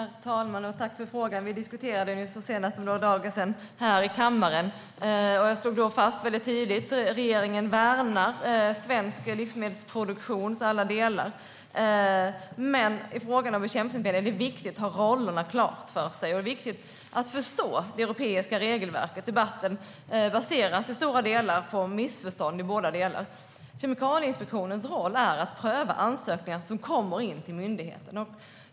Herr talman! Tack för frågan! Vi diskuterade den senast för några dagar sedan här i kammaren. Jag slog då väldigt tydligt fast att regeringen värnar svensk livsmedelsproduktions alla delar. Men i fråga om bekämpningsmedel är det viktigt att ha rollerna klara för sig. Det är viktigt att förstå det europeiska regelverket. Debatten baseras i stora delar på missförstånd i båda delar. Kemikalieinspektionens roll är att pröva ansökningar som kommer in till myndigheten.